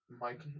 Mike